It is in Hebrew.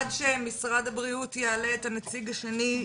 עד שמשרד הבריאות יעלה את הנציג השני...